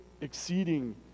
exceeding